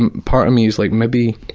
and part of me is like maybe.